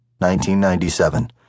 1997